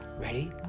ready